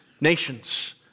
nations